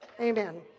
Amen